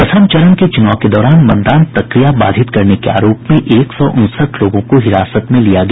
प्रथम चरण के चुनाव के दौरान मतदान प्रक्रिया बाधित करने के आरोप में एक सौ उनसठ लोगों को हिरासत में लिया गया